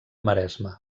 maresme